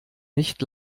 nicht